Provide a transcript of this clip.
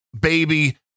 baby